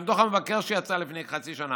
גם דוח המבקר שיצא לפני כחצי שנה,